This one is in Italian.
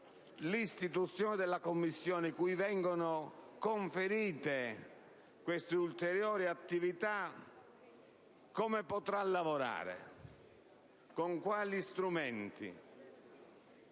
all'istituzione della Commissione cui vengono conferite queste ulteriori attività, è come potrà lavorare. Con quali strumenti?